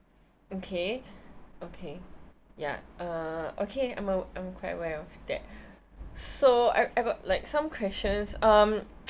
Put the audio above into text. okay okay ya uh okay I'm I'm quite aware of that so I've got like some questions um